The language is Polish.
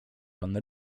pan